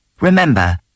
Remember